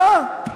אתה?